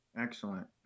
excellent